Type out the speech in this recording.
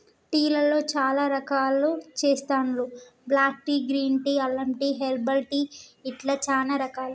tea లలో చాల రకాలు చెస్తాండ్లు బ్లాక్ టీ, గ్రీన్ టీ, అల్లం టీ, హెర్బల్ టీ ఇట్లా చానా రకాలు